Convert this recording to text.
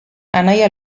anaia